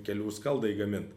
kelių skaldai gamint